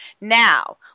Now